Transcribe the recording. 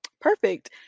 perfect